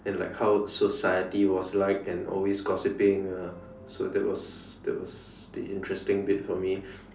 and like how society was like and always gossiping ah so that was that was the interesting bit for me